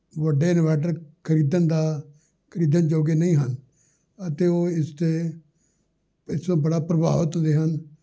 ਵੱਡੇ ਇਨਵਾਟਰ ਖਰੀਦਣ ਦਾ ਖਰੀਦਣ ਜੋਗੇ ਨਹੀਂ ਹਨ ਅਤੇ ਉਹ ਇਸਦੇ ਪਿੱਛੋਂ ਬੜਾ ਪ੍ਰਭਾਵਿਤ ਹੁੰਦੇ ਹਨ